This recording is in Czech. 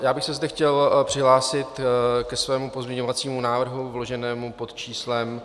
Já bych se zde chtěl přihlásit ke svému pozměňovacímu návrhu vloženému pod číslem 2804.